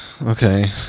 Okay